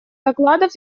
докладов